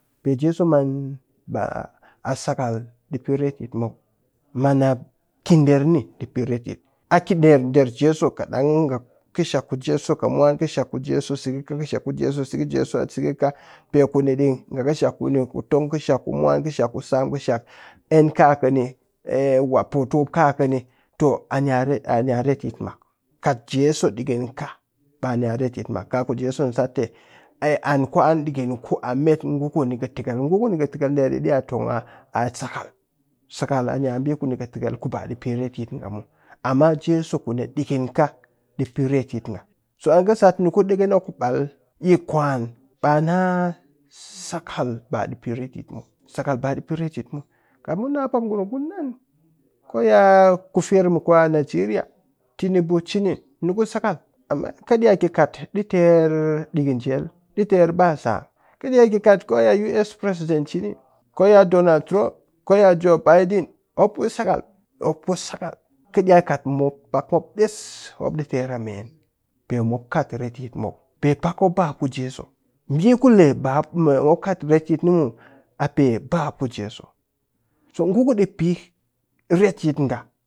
Pe jesu maan ba a sakal ɗi pe retyit muw maan a ki ɗerni ɗi pe retyit a ki ɗer jesu katɗang ku jesu kɨ mwan kɨshak ku jesu sɨggɨka kɨshak ku jesu, sɨggɨ jesu a sɨggɨka pe kuni ɗii nga kɨshak kuni ku tong kɨshak ku mwan kɨshak, ennka kɨni wat pootukupka kɨni too ani'a retyit mak kat jesu ɗikɨn ka ɓaa ni'a retyit mak ka ku jesu ni sat tɨ ai an ku an ɗikɨn ku a met nguku ni kɨtekel ngu ni kɨtekel ɗe ɗi iya tong a ni’a sakal, sakal ani'a ɓii kuni kɨtekel ku ba ɗi pe retyit nga muw amma jesu kuni ɗikɨn ka ɗii pe retyit nga, so an kɨ sat ni ku ɗeƙena ku ɓal. Yi kwan ɓaa na sakal ba ɗii pe retyit mu sakal ba ɗii pe retyit muw kat mu na pak ngurum ku nan koya ku firr mu kwan nigeria tinibu cini ni ku sakal amma kɨ iya ki kat ɗii ter ɗikɨn jel, ɗii ter ba sam, kɨ iya ki koya us president cini koya donald truimp koya joe biaden mop ku sakal mop ku sakal kɨ iya kat mop pak mop ɗes mop ɗi ter a meen pe mop kat retyit muw pe pakmop ba mop ku jesu ɓii kule ba mop kat retyit ni muw a pe ba mop ku jesu so ngu ɗi pe retyit nga.